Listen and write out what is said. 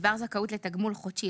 בדבר זכאות לתגמול חודשי,